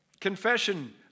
Confession